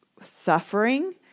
suffering